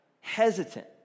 Hesitant